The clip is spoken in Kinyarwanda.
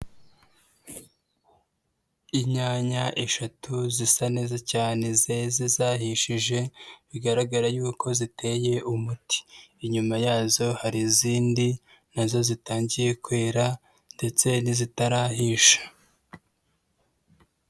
Inyanya eshatu zisa neza cyane zeze zahishije bigaragara yuko ziteye umuti. Inyuma yazo hari izindi na zo zitangiye kwera ndetse n'izitarahisha.